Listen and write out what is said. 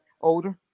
older